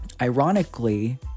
Ironically